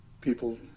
people